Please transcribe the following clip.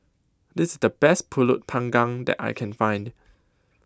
This IS The Best Pulut Panggang that I Can Find